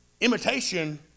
Imitation